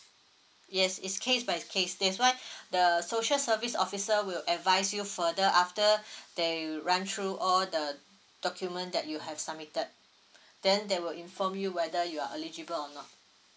yes it's case by case that's why the social service officer will advise you further after that you run through all the document that you have submitted then they will inform you whether you are eligible or not